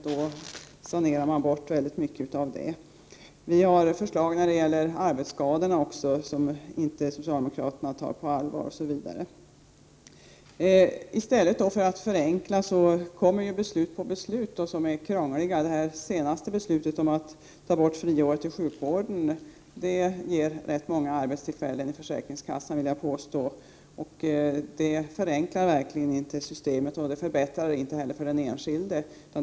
Då sanerar man bort mycket. Vi har förslag när det gäller arbetsskadeförsäkringen också, som inte socialdemokraterna tar på allvar osv. I stället för att man förenklar, kommer beslut på beslut som är krångliga. Det senaste beslutet om att ta bort friåret i sjukvården ger rätt många arbetstillfällen i försäkringskassan, vill jag påstå. Det förenklar verkligen inte systemet och förbättrar det heller inte för den enskilde.